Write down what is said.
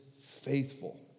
faithful